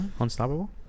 Unstoppable